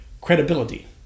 credibility